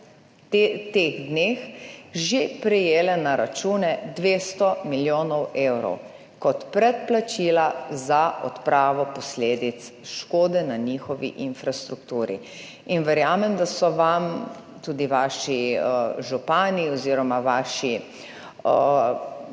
teh dneh že prejele na račune 200 milijonov evrov kot predplačila za odpravo posledic škode na njihovi infrastrukturi. Verjamem, da so vam tudi vaši župani, oz. vaši,